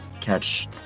Catch